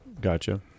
Gotcha